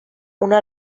una